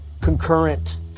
concurrent